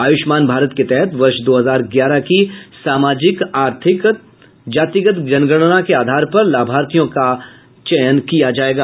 आयुष्मान भारत के तहत वर्ष दो हजार ग्यारह की सामाजिक आर्थिक जातिगत जनगणना के आधार पर लाभार्थियों को चयनित किया जायेगा